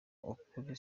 ukuri